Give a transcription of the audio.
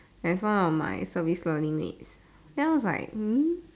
there's one of my service learning mates then I was like mm